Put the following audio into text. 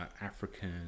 African